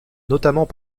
notamment